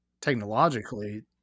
technologically